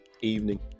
evening